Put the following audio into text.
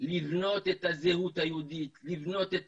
לבנות את הזהות היהודית, לבנות את